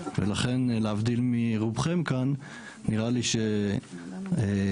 ולכן להבדיל מרובכם כאן נראה לי שאני